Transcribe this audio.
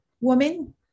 woman